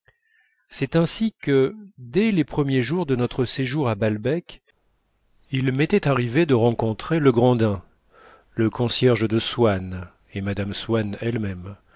c'est ainsi que dès les premiers jours de notre séjour à balbec il m'était arrivé de rencontrer legrandin le concierge de swann et mme swann elle-même